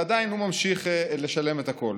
ועדיין הוא ממשיך לשלם את הכול.